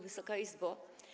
Wysoka Izbo!